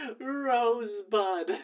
Rosebud